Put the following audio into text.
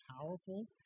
powerful